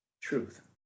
truth